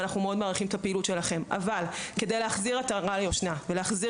אנחנו מעריכים את הפעילות אבל כדי להחזיר עטרה ליושנה ולהחזיר